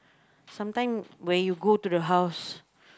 sometimes when you go to the house